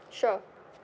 sure